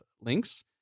links